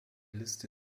liste